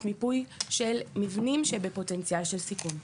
מיפוי של מבנים שהם בפוטנציאל של סיכון.